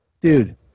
dude